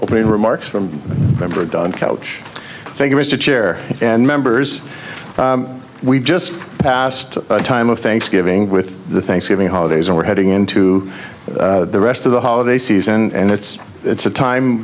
opening remarks from robert dunn coach figures to chair and members we've just passed a time of thanksgiving with the thanksgiving holidays and we're heading into the rest of the holiday season and it's it's a time